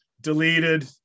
Deleted